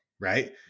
right